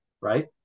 Right